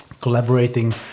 collaborating